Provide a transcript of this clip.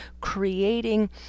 creating